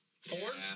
Fourth